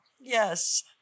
Yes